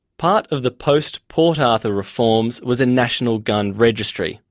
part of the post-port arthur reforms was a national gun registry,